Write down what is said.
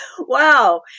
wow